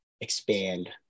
expand